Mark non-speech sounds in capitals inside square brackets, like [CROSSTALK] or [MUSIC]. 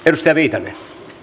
[UNINTELLIGIBLE] edustaja viitanen